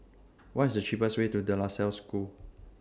What IS The cheapest Way to De La Salle School